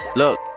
look